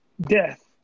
death